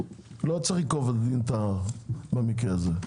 לא צריך ייקוב הדין את ההר במקרה הזה,